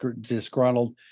disgruntled